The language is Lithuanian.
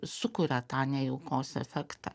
sukuria tą nejaukos efektą